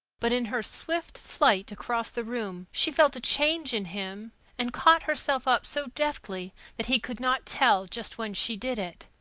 but in her swift flight across the room she felt a change in him and caught herself up so deftly that he could not tell just when she did it.